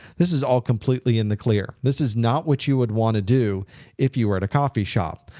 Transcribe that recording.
this is all completely in the clear. this is not what you would want to do if you were at a coffee shop.